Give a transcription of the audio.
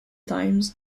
times